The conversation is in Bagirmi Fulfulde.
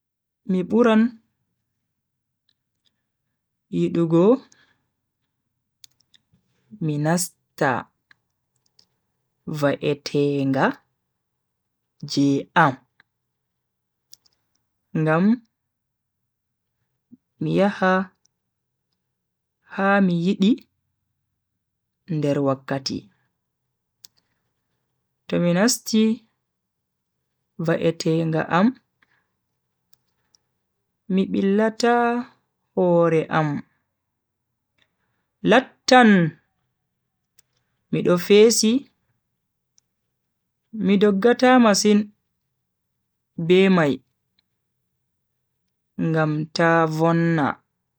Mi buran yidugo mi nasta va'etenga je am ngam mi yaha ha mi yidi nder wakkati. to mi nasti va'etenga am mi billata hore am lattan mido fesi mi doggata masin be mai ngam ta vonna.